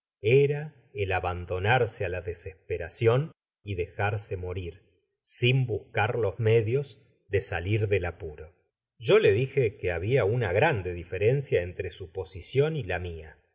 era el abandonarse á la desesperacion y dejarse morir sin buscar los medios de salir del apuro content from google book search generated at yo lé dije que habia una grande diferencia entre su posicion y la mia